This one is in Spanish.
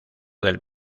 del